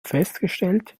festgestellt